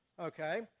Okay